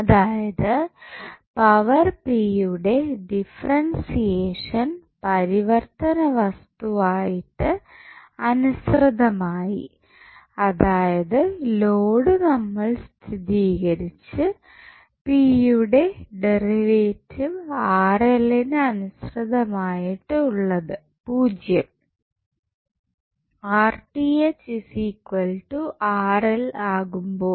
അതായത് power p യുടെ differentiation പരിവർത്തന വസ്തുവായിട്ട് അനുസൃതമായി അതായത് ലോഡ് നമ്മൾ സ്ഥിരീകരിച്ചു p യുടെ ഡെറിവേറ്റീവ് നു അനുസൃതമായിട്ടു ഉള്ളത് 0 ആകുമ്പോൾ